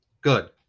Good